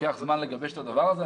לוקח זמן לגבש את הדבר הזה.